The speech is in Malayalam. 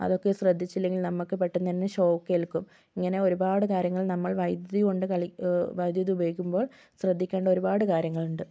അതൊക്കെ ശ്രദ്ധിച്ചില്ലെങ്കിൽ നമുക്ക് പെട്ടെന്നുതന്നെ ഷോക്ക് ഏൽക്കും ഇങ്ങനെ ഒരുപാട് കാര്യങ്ങൾ നമ്മൾ വൈദ്യുതി കൊണ്ട് കളി വൈദ്യുതി ഉപയോഗിക്കുമ്പോൾ ശ്രദ്ധിക്കേണ്ടഒരുപാട് കാര്യങ്ങളുണ്ട്